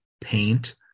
paint